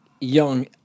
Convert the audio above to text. young